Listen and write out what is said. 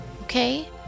Okay